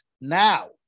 now